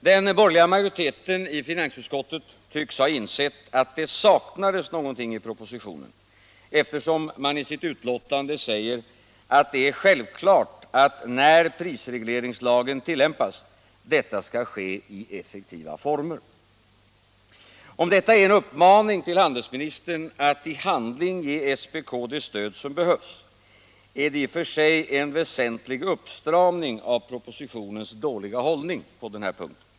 Den borgerliga majoriteten i finansutskottet tycks ha insett att det saknades något i propositionen eftersom man i sitt betänkande säger att det är självklart att tillämpningen av prisregleringslagen skall ske i effektiva former. Om detta är en uppmaning till handelsministern att i handling ge SPK det stöd som behövs är det i och för sig en väsentlig uppstramning av propositionens dåliga hållning på den här punkten.